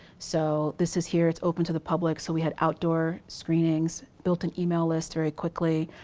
so this is here, it's open to the public. so we had outdoor screenings. built an email list very quickly.